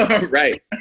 Right